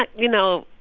but you know,